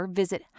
visit